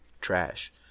trash